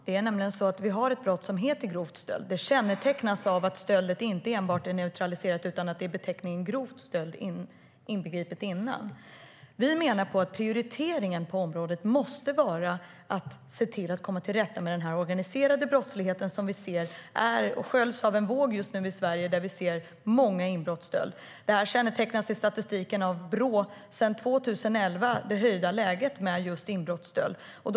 Fru talman! Vi har ett brott som heter grov stöld, och det kännetecknas av att stölden inte enbart är neutraliserad utan att beteckningen grov stöld är inbegripen innan. Vi menar att prioriteringen på området måste vara att komma till rätta med den organiserade brottslighet som just nu sköljer som en våg över Sverige och där vi ser många inbrottsstölder. I statistiken från Brå syns det förvärrade läget vad gäller inbrottsstöld sedan 2011.